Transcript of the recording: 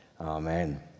Amen